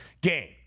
game